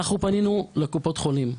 פנינו לקופות החולים,